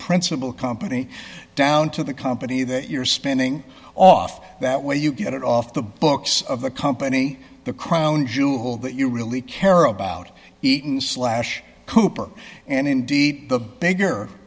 principal company down to the company that you're spinning off that way you can get it off the books of the company the crown jewel that you really care about eaton slash cooper and indeed the bigger